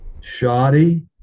Shoddy